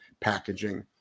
packaging